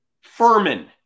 Furman